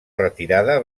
retirada